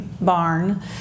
barn